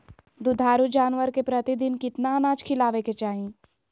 दुधारू जानवर के प्रतिदिन कितना अनाज खिलावे के चाही?